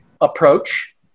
approach